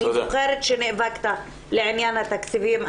אני זוכרת שנאבקת על העניין התקציבים.